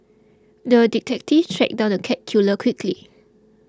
the detective tracked down the cat killer quickly